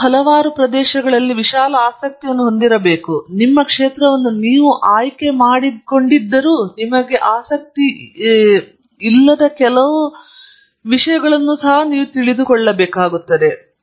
ನಂತರ ನೀವು ಹಲವಾರು ಪ್ರದೇಶಗಳಲ್ಲಿ ವಿಶಾಲ ಆಸಕ್ತಿಯನ್ನು ಹೊಂದಿರಬೇಕು ನಿಮ್ಮ ಕ್ಷೇತ್ರವನ್ನು ನೀವು ಆಯ್ಕೆ ಮಾಡಿಕೊಂಡಿದ್ದರೂ ನಿಮ್ಮ ಆಸಕ್ತಿಯು ಇನ್ನೂ ತಿಳಿದಿಲ್ಲವಾದರೂ ನಾನು ಬಹಳಷ್ಟು ಜನರನ್ನು ಹೇಳಬೇಕಾಗಿದೆ